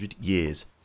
years